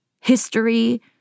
history